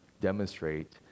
demonstrate